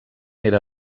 era